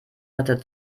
ritter